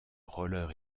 roller